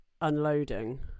unloading